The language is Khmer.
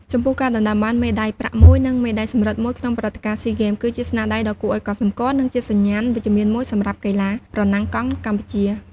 ចំពោះ ការដណ្ដើមបាន មេដៃប្រាក់មួយ និងមេដៃសំរឹទ្ធមួយ ក្នុងព្រឹត្តិការណ៍ស៊ីហ្គេម គឺជាស្នាដៃដ៏គួរឲ្យកត់សម្គាល់ និងជាសញ្ញាណវិជ្ជមានមួយសម្រាប់កីឡាប្រណាំងកង់កម្ពុជា។